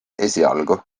esialgu